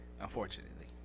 Unfortunately